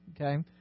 okay